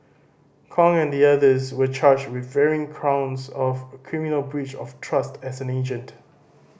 Kong and the others were charged with varying counts of criminal breach of trust as an agent